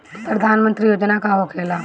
प्रधानमंत्री योजना का होखेला?